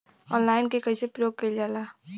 Online के कइसे प्रयोग कइल जाला?